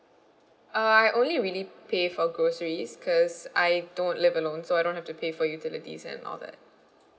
uh I only really pay for groceries because I don't live alone so I don't have to pay for utilities and all that